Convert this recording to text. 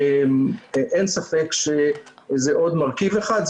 אין ספק שזה עוד מרכיב אחד.